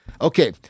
Okay